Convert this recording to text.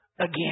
again